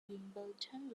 wimbledon